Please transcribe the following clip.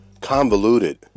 convoluted